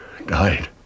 died